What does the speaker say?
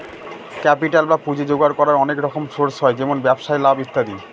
capital বা পুঁজি জোগাড় করার অনেক রকম সোর্স হয় যেমন ব্যবসায় লাভ ইত্যাদি